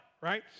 right